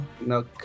No